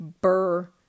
Burr